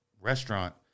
restaurant